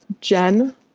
Jen